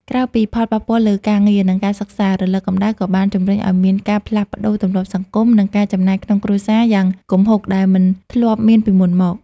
ក្រៅពីផលប៉ះពាល់លើការងារ និងការសិក្សា រលកកម្ដៅក៏បានជម្រុញឱ្យមានការផ្លាស់ប្តូរទម្លាប់សង្គម និងការចំណាយក្នុងគ្រួសារយ៉ាងគំហុកដែលមិនធ្លាប់មានពីមុនមក។